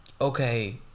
okay